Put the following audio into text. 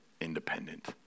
independent